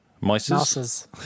Mice